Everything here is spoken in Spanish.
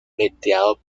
veteado